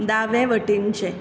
दावे वटेनचें